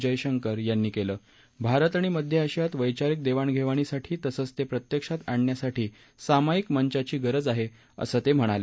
जयशंकर यांनी केलं भारत आणि मध्य आशियात वैचारिक देवाणघेवाणीसाठी तसंच ते प्रत्यक्षात आणण्यासाठी सामयिक मंचाची गरज आहे असं ते म्हणाले